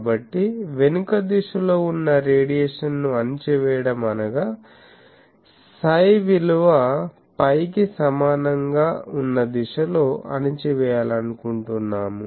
కాబట్టి వెనుక దిశలో ఉన్న రేడియేషన్ ను అణచివేయడం అనగా సై విలువ ఫై కి సమానంగా ఉన్న దిశలో అణచివేయాలనుకుంటున్నాము